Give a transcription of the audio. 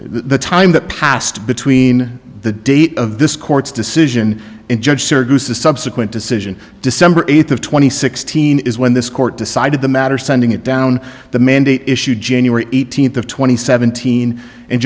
the time that passed between the date of this court's decision and judge the subsequent decision december eighth of two thousand and sixteen is when this court decided the matter sending it down the mandate issue january eighteenth of twenty seventeen and